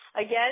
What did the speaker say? again